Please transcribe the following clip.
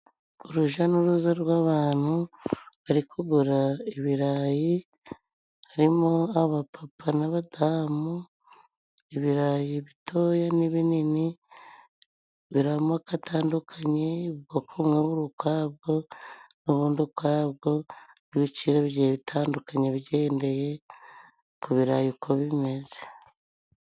Urujya n'uruza rw'abantu bari kugura ibirayi harimo abapapa n'abadamu, ibirayi bitoya n'ibini biri amoka atandukanye ubwokobu bumwe buri ukwabwo, n'ubundi ukwabwo, n' ibiciro bigiye bitandukanye bigendeye ku birarayi uko bimeze.